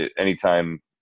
anytime